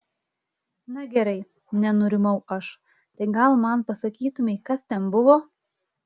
na gerai nenurimau aš tai gal man pasakytumei kas ten buvo